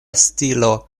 stilo